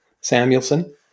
Samuelson